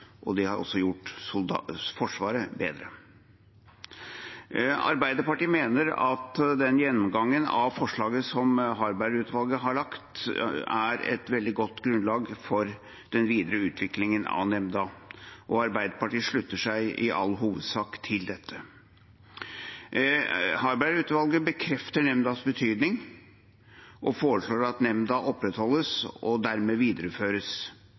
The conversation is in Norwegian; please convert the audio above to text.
og det har også gjort Forsvaret bedre. Arbeiderpartiet mener at den gjennomgangen av forslaget som Harberg-utvalget har laget, er et veldig godt grunnlag for videre utvikling av nemnda, og Arbeiderpartiet slutter seg i all hovedsak til dette. Harberg-utvalget bekrefter nemndas betydning og foreslår at nemnda opprettholdes – og derved videreføres.